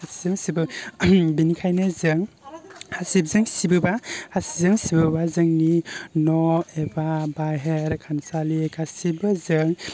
हासिबजों सिबो बिनिखायनो जों हासिबजों सिबोबा हासिबजों सिबोबा जोंनि न' एबा बाहेर खामसालि गासिबो जों